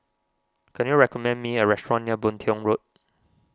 can you recommend me a restaurant near Boon Tiong Road